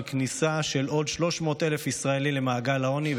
על כניסה של עוד 300,000 ישראלים למעגל העוני,